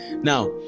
Now